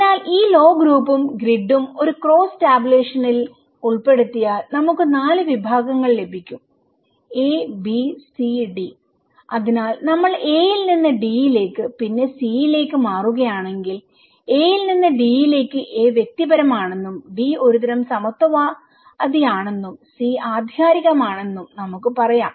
അതിനാൽ ഈ ലോ ഗ്രൂപ്പുംഗ്രിഡും ഒരു ക്രോസ് ടാബുലേഷനിൽ ഉൾപ്പെടുത്തിയാൽ നമുക്ക് 4 വിഭാഗങ്ങൾ ലഭിക്കും A B C D അതിനാൽ നമ്മൾ Aയിൽ നിന്ന് D യിലേക്ക് പിന്നെ C യിലേക്ക് മാറുകയാണെങ്കിൽ Aയിൽ നിന്ന് D യിലേക്ക് A വ്യക്തിപരമാണെന്നും D ഒരുതരം സമത്വവാദിയാണെന്നും C ആധികാരികമാണെന്നും നമുക്ക് പറയാം